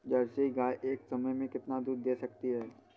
Jersey गाय एक समय में कितना दूध दे सकती है?